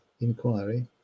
inquiry